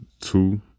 two